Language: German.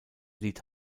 lied